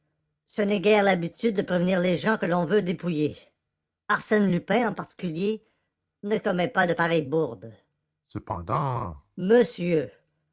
ce n'est guère l'habitude de prévenir les gens que l'on veut dépouiller arsène lupin en particulier ne commet pas de pareilles bourdes cependant monsieur